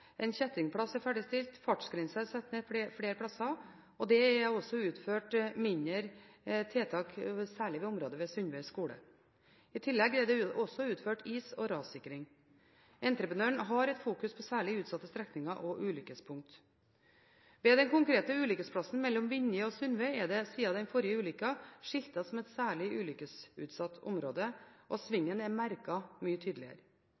en kjettingplass er ferdigstilt, fartsgrensen er satt ned flere steder, og det er utført mindre tiltak, særlig i området ved Sundve skole. I tillegg er det utført is- og rassikring. Entreprenøren har et fokus på særlig utsatte strekninger og ulykkespunkt. Den konkrete ulykkesplassen mellom Vinje og Sundve er siden den forrige ulykken skiltet som et særlig ulykkesutsatt område, og svingen er merket mye tydeligere.